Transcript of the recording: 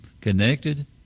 connected